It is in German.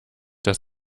das